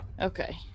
Okay